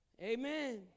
Amen